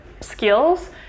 skills